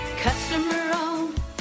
Customer-owned